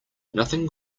nothing